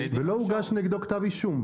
ולא הוגש נגדו כתב אישום.